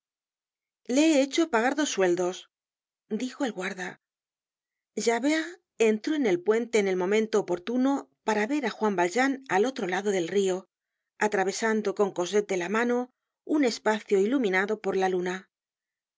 le he hecho pagar dos sueldos dijo el guarda javert entró en el puente en el momento oportuno para ver á juan valjean al otro lado del rio atravesando con cosette de la mano un espacio iluminado por la luna le